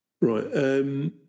Right